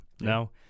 no